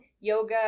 yoga